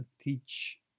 teach